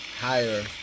higher